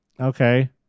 Okay